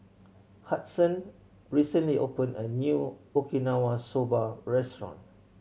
Hudson recently opened a new Okinawa Soba Restaurant